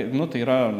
nu tai yra